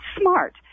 smart